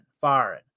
firing